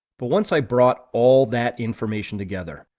but once i brought all that information together,